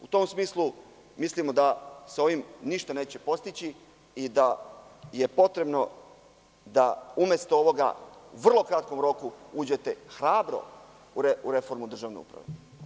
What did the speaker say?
U tom smislu mislimo da se sa ovim ništa neće postići i da je potrebno da umesto ovoga u vrlo kratkom roku uđete hrabro u reformu državne uprave.